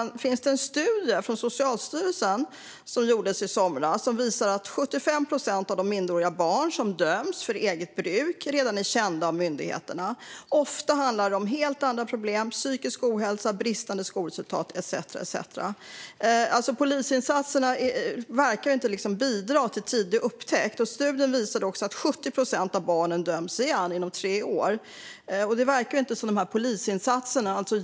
Socialstyrelsen gjorde i somras en studie som visar att 75 procent av de minderåriga barn som döms för eget bruk redan är kända av myndigheterna. Ofta handlar det om helt andra problem, som psykisk ohälsa, bristande skolresultat etcetera. Polisinsatserna verkar inte bidra till tidig upptäckt, och studien visade också att 70 procent av barnen döms igen inom tre år.